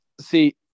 See